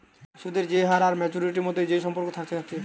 সুদের যে হার আর মাচুয়ারিটির মধ্যে যে সম্পর্ক থাকছে থাকছে